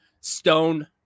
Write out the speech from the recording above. Stone